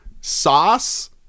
sauce